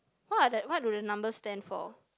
what are the what do the numbers stand for